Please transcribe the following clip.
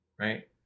right